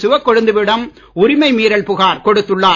சிவக்கொழுந்துவிடம் உரிமை மீறல் புகார் கொடுத்துள்ளார்